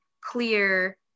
clear